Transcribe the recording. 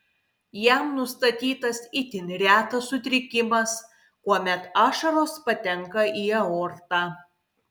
jam nustatytas itin retas sutrikimas kuomet ašaros patenka į aortą